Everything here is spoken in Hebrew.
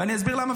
ואני אסביר למה,